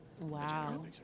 Wow